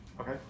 Okay